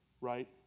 right